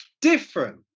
different